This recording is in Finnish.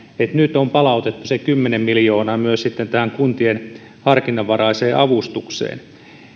että nyt on palautettu se kymmenen miljoonaa myös kuntien harkinnanvaraiseen avustukseen